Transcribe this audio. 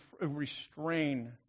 restrain